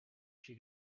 she